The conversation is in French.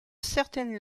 certaine